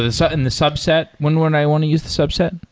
ah so and the subset? when when i want to use the subset?